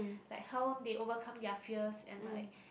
like how they overcome their fears and like